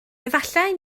efallai